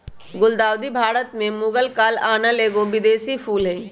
गुलदाऊदी भारत में मुगल काल आनल एगो विदेशी फूल हइ